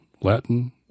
Latin